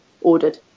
ordered